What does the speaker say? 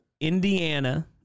Indiana